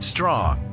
Strong